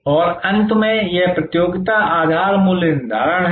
और अंत में यह प्रतियोगिता आधार मूल्य निर्धारण है